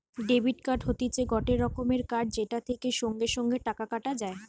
debit card হতিছে গটে রকমের কার্ড যেটা থেকে সঙ্গে সঙ্গে টাকা কাটা যায়